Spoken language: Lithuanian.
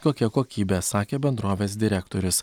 kokia kokybė sakė bendrovės direktorius